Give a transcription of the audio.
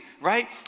right